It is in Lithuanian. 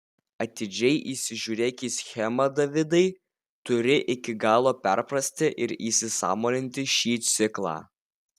atidžiai įsižiūrėk į schemą davidai turi iki galo perprasti ir įsisąmoninti šį ciklą